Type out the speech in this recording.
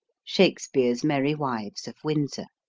shakespeare's merry wives of windsor